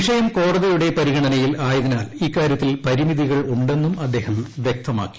വിഷയം കോടതിയുടെ പരിഗണനയിൽ ആയതിനാൽ ഇക്കാര്യത്തിൽ പരിമിതികളുണ്ടെന്നും അദ്ദേഹം വ്യക്തമാക്കി